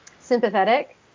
sympathetic